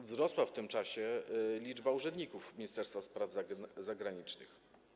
Wzrosła w tym czasie liczba urzędników Ministerstwa Spraw Zagranicznych.